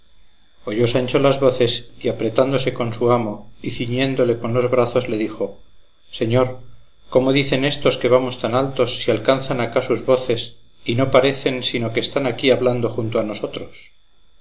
oyó sancho las voces y apretándose con su amo y ciñiéndole con los brazos le dijo señor cómo dicen éstos que vamos tan altos si alcanzan acá sus voces y no parecen sino que están aquí hablando junto a nosotros